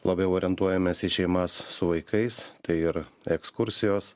labiau orientuojamės į šeimas su vaikais tai ir ekskursijos